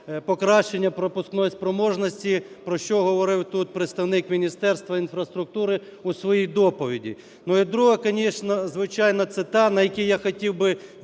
пропускної спроможності, про що говорив тут представник Міністерства інфраструктури у своїй доповіді. І друга, звичайно, це та, на якій я хотів би більше